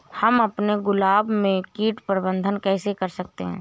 हम अपने गुलाब में कीट प्रबंधन कैसे कर सकते है?